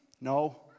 No